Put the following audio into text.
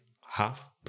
half